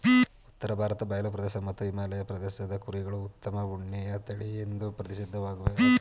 ಉತ್ತರ ಭಾರತ ಬಯಲು ಪ್ರದೇಶ ಮತ್ತು ಹಿಮಾಲಯ ಪ್ರದೇಶದ ಕುರಿಗಳು ಉತ್ತಮ ಉಣ್ಣೆಯ ತಳಿಎಂದೂ ಪ್ರಸಿದ್ಧವಾಗಯ್ತೆ